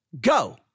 Go